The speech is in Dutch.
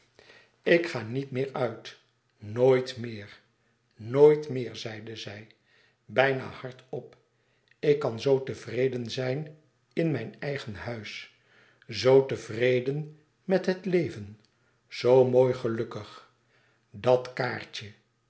ik ga niet meer uit nooit meer nooit meer zeide zij bijna hard op ik kan zoo tevreden zijn in mijn eigen huis zoo tevreden met het leven zoo mooi gelukkig dat kaartje